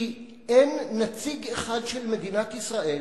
כי אין נציג אחד של מדינת ישראל